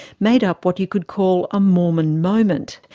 made up what you could call a mormon moment.